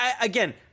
again